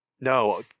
No